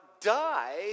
die